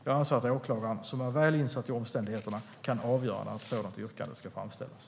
Jag anser att åklagaren, som är väl insatt i omständigheterna, kan avgöra när ett sådant yrkande ska framställas.